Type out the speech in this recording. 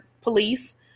police